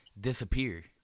disappear